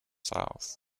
south